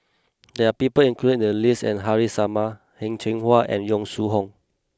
there are people included in the list and Haresh Sharma Heng Cheng Hwa and Yong Shu Hoong